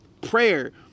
prayer